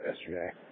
yesterday